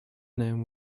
name